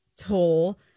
toll